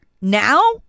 now